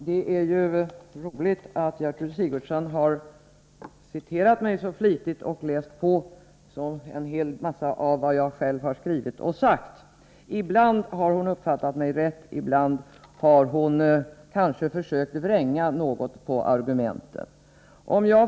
Herr talman! Det är roligt att Gertrud Sigurdsen har citerat mig så flitigt och läst på vad jag själv har skrivit och sagt. Ibland har hon uppfattat mig rätt, ibland har hon kanske försökt vränga något på argumenten.